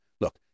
Look